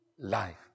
life